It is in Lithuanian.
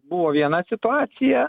buvo viena situacija